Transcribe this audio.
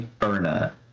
Erna